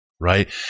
right